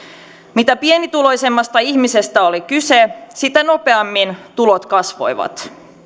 mitä pienituloisemmasta ihmisestä oli kyse sitä nopeammin tulot kasvoivat